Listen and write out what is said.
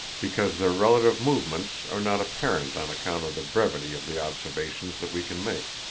because their relative movements are not apparent on account of the brevity of the observations that we can make.